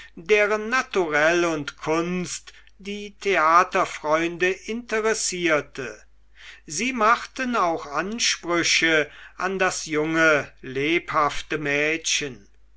deren naturell und kunst die theaterfreunde interessierte sie machten auch ansprüche an das junge lebhafte mädchen